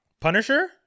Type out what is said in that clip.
Punisher